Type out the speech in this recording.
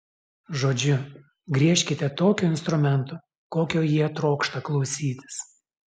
žodžiu griežkite tokiu instrumentu kokio jie trokšta klausytis